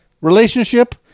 relationship